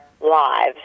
lives